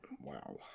Wow